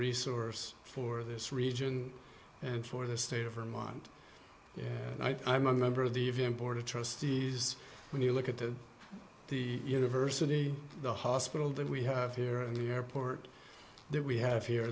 resource for this region and for the state of vermont i'm a member of the even board of trustees when you look at the the university the hospital that we have here and the airport that we have here